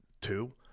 two